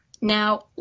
Now